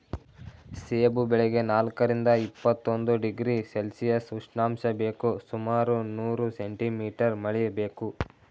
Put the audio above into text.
ಸೇಬು ಬೆಳೆಗೆ ನಾಲ್ಕರಿಂದ ಇಪ್ಪತ್ತೊಂದು ಡಿಗ್ರಿ ಸೆಲ್ಶಿಯಸ್ ಉಷ್ಣಾಂಶ ಬೇಕು ಸುಮಾರು ನೂರು ಸೆಂಟಿ ಮೀಟರ್ ಮಳೆ ಬೇಕು